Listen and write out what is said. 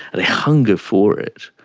they hunger for it.